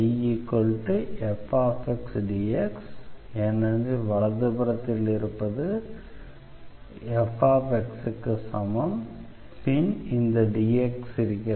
எனவே dIIfxdx ஏனெனில் வலது புறத்தில் இருப்பது fx க்கு சமம் பின் இந்த dx இருக்கிறது